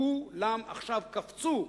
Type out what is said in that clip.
כולם עכשיו קפצו,